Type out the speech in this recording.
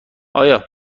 آیا